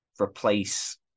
replace